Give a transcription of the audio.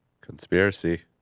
Conspiracy